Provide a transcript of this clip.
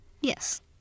Yes